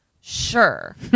Sure